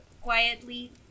quietly